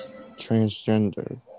transgender